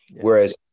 whereas